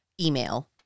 email